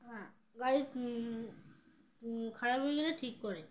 হ্যাঁ গাড়ি খারাপ হয়ে গেলে ঠিক করে